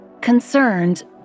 Concerned